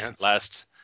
last